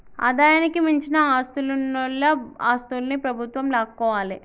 ఆదాయానికి మించిన ఆస్తులున్నోల ఆస్తుల్ని ప్రభుత్వం లాక్కోవాలే